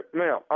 now